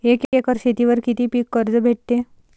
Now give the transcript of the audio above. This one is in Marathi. एक एकर शेतीवर किती पीक कर्ज भेटते?